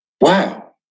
Wow